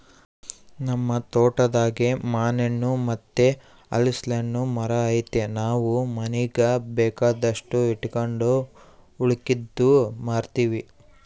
ನಮ್ ತೋಟದಾಗೇ ಮಾನೆಣ್ಣು ಮತ್ತೆ ಹಲಿಸ್ನೆಣ್ಣುನ್ ಮರ ಐತೆ ನಾವು ಮನೀಗ್ ಬೇಕಾದಷ್ಟು ಇಟಗಂಡು ಉಳಿಕೇದ್ದು ಮಾರ್ತೀವಿ